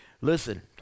Listen